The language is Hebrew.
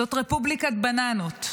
זו רפובליקת בננות.